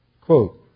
Quote